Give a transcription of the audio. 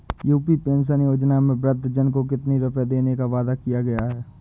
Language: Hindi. यू.पी पेंशन योजना में वृद्धजन को कितनी रूपये देने का वादा किया गया है?